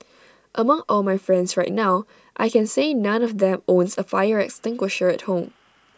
among all my friends right now I can say none of them owns A fire extinguisher at home